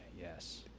Yes